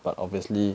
but obviously